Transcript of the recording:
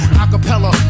acapella